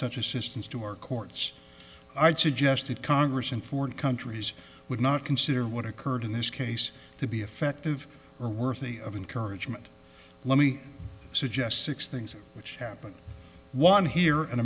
such assistance to our courts i'd suggest that congress and foreign countries would not consider what occurred in this case to be effective or worthy of encouragement let me suggest six things which happen one here